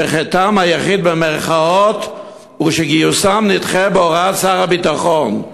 ש"חטאם" היחיד הוא שגיוסם נדחה בהוראת שר הביטחון,